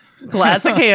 Classic